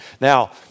Now